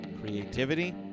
creativity